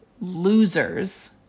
losers